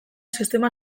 sistema